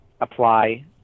apply